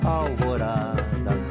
alvorada